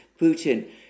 Putin